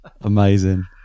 Amazing